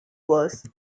verse